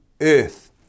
earth